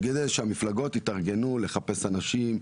יתארגנו לחפש אנשים,